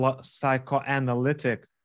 psychoanalytic